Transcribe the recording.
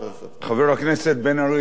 הצעת החוק